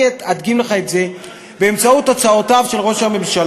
אני אדגים לך את זה באמצעות הוצאותיו של ראש הממשלה.